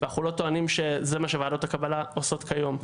אנחנו לא טוענים שזה מה שוועדות הקבלה עושות כיום,